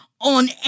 on